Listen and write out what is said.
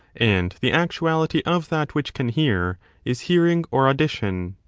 and the actuality of that which can hear is hearing or audition,